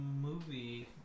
movie